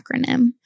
acronym